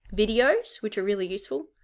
videos, which are really useful,